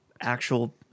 actual